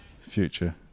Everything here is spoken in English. future